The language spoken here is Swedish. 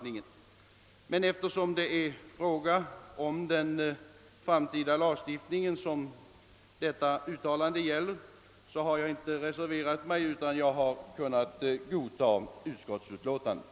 Eftersom detta uttalande gäller frågan om den framtida lagstiftningen har jag dock inte reserverat mig, utan jag har kunnat godta utskottets hemställan.